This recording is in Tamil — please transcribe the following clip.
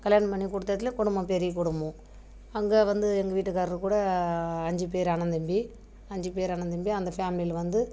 கல்யாணம் பண்ணிக் கொடுத்த இடத்துல குடும்பம் பெரிய குடும்பம் அங்கே வந்து எங்கள் வீட்டுக்கார் கூட அஞ்சு பேர் அண்ணன் தம்பி அஞ்சு பேர் அண்ணன் தம்பி அந்த ஃபேம்லியில் வந்து